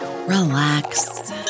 Relax